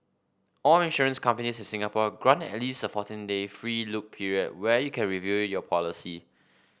all insurance companies in Singapore grant at least a fourteen day free look period where you can review your policy